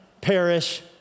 perish